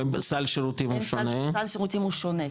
סל שירותים הוא שונה.